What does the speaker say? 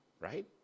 right